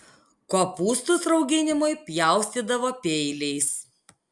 kopūstus rauginimui pjaustydavo peiliais